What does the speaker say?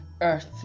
earth